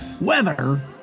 weather